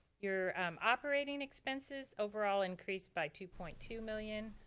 your operating expenses overall increase by two point two million.